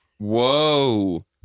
Whoa